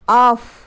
off